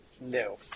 No